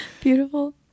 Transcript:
beautiful